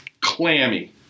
clammy